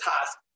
task